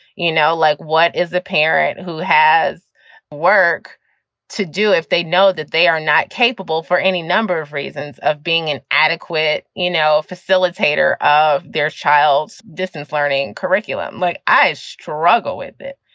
you know, like what is the parent who has work to do if they know that they are not capable for any number of reasons of being an adequate you know facilitator of their child's distance learning curriculum? like i struggle with it,